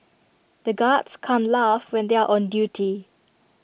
the guards can't laugh when they are on duty